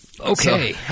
okay